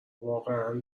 واقعا